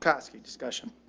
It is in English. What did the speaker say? kosky discussion.